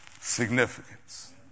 significance